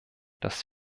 dass